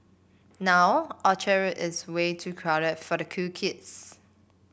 now Orchard Road is way too crowded for the cool kids